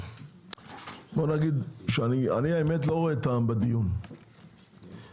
בוא נגיד שאני האמת לא רואה טעם בדיון לפי